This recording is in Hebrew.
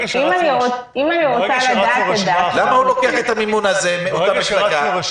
למה הוא לוקח את המימון הזה מאותה מפלגה?